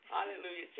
Hallelujah